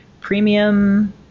premium